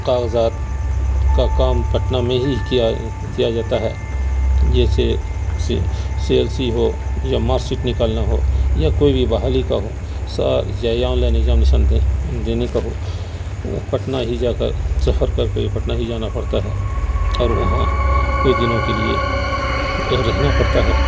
قاغذات کا کام پٹنہ میں ہی کیا کیا جاتا ہے جیسے سی ایل سی ہو یا مارکسیٹ نکالنا ہو یا کوئی بھی بحالی کا ہو سارا یا آن لائن ایکگزامینیشن دینے کا ہو پٹنہ ہی جا کر سفر کر کے پٹنہ ہی جانا پڑتا ہے اور وہاں کچھ دنوں کے لیے رہنا پڑتا ہے